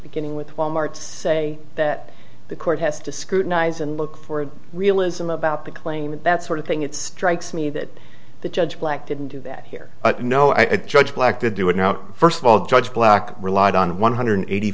beginning with wal mart's say that the court has to scrutinize and look for realism about the claimant that sort of thing it strikes me that the judge black didn't do that here no i judge black to do it now first of all judge black relied on one hundred eighty